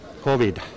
COVID